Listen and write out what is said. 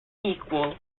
equal